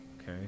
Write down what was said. Okay